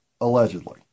allegedly